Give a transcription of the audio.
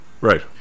right